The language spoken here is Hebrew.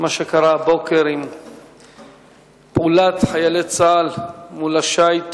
מה שקרה הבוקר בפעולת חיילי צה"ל מול השיט